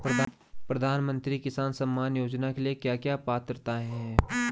प्रधानमंत्री किसान सम्मान योजना के लिए क्या क्या पात्रताऐं हैं?